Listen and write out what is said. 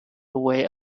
away